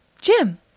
Jim